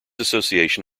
association